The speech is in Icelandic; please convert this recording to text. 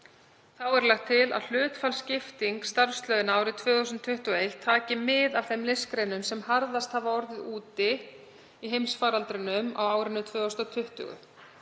Þá er lagt til að hlutfallsskipting starfslauna árið 2021 taki mið af þeim listgreinum sem harðast hafa orðið úti í heimsfaraldrinum á árinu 2020.